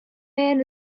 man